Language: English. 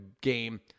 game